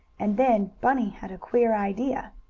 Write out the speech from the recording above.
and then bunny had a queer idea.